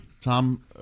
tom